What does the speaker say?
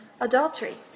adultery